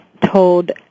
told